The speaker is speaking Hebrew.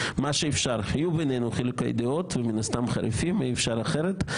יהיו בינינו חילוקי דעות ומן הסתם חריפים ואי-אפשר אחרת,